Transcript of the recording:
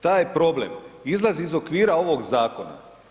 Taj problem izlazi iz okvira ovog zakona.